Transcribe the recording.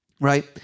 right